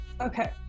Okay